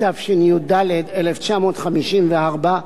התשי"ד 1954,